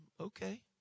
okay